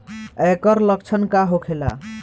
ऐकर लक्षण का होखेला?